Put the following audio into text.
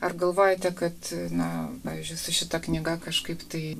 ar galvojate kad na pavyzdžiui su šita knyga kažkaip tai